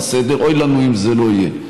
אוי לנו אם זה לא יהיה.